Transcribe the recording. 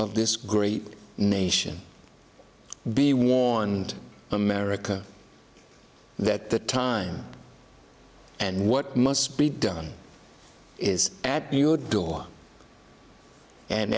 of this great nation be warned america that the time and what must be done is at your door and